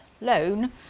loan